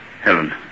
Helen